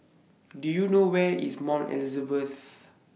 Do YOU know Where IS Mount Elizabeth